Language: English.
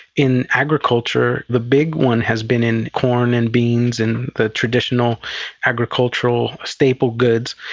in agriculture the big one has been in corn and beans and the traditional agricultural staple goods.